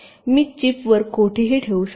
मी चिपवर कोठेही ठेवू शकतो